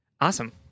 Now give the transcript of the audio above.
Awesome